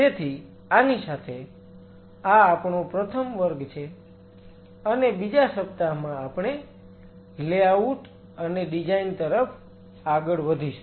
તેથી આની સાથે આ આપણો પ્રથમ વર્ગ છે અને બીજા સપ્તાહમાં આપણે લેઆઉટ અને ડિઝાઈન તરફ આગળ વધીશું